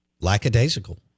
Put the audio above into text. lackadaisical